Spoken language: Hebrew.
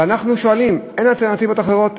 ואנחנו שואלים: אין אלטרנטיבות אחרות?